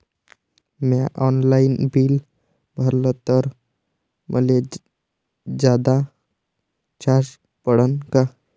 म्या online bill भरलं तर मले जादा चार्ज पडन का?